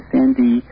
Sandy